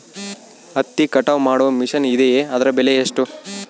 ಹತ್ತಿ ಕಟಾವು ಮಾಡುವ ಮಿಷನ್ ಇದೆಯೇ ಅದರ ಬೆಲೆ ಎಷ್ಟು?